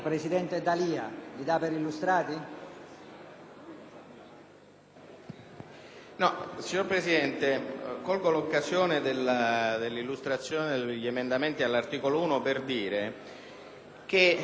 Signor Presidente, colgo l'occasione dell'illustrazione degli emendamenti all'articolo 1 per rivolgermi alla maggioranza di Governo.